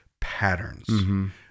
patterns